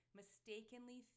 mistakenly